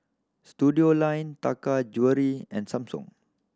Studioline Taka Jewelry and Samsung